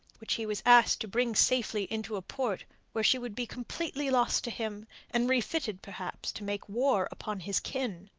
which he was asked to bring safely into a port where she would be completely lost to him and refitted perhaps to make war upon his kin.